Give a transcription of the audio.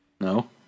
No